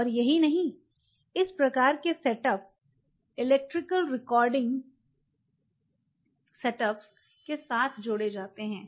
और यही नहीं इस प्रकार के सेटअप इलेक्ट्रिकल रिकॉर्डिंग सेटअप के साथ जोड़े जाते हैं